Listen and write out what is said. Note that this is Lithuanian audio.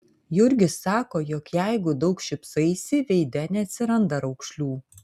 jurgis sako jog jeigu daug šypsaisi veide neatsiranda raukšlių